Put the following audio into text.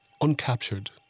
Uncaptured